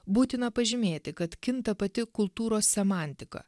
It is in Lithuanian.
būtina pažymėti kad kinta pati kultūros semantika